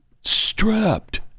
strapped